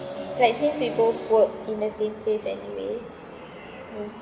like since we both work in the same place anyway